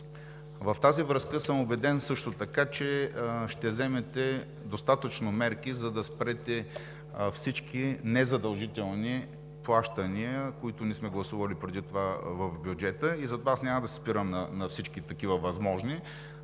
държава. Убеден съм също така, че ще вземете достатъчно мерки, за да спрете всички незадължителни плащания, които сме гласували преди това в бюджета, и затова аз няма да се спирам на всички такива възможни.